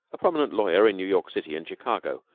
a prominent lawyer in new york city and chicago,